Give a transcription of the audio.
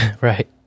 right